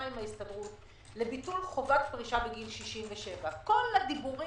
עם ההסתדרות לביטול חובת פרישה בגיל 67. כל הדיבוים